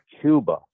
Cuba